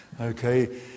Okay